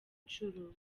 nshuro